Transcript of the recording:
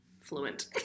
fluent